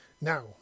Now